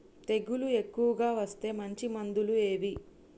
తెగులు ఎక్కువగా వస్తే మంచి మందులు ఏవి?